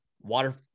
water